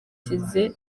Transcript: ishize